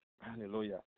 Hallelujah